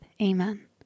Amen